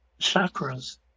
chakras